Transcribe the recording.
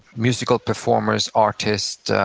musical performers, artists,